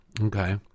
Okay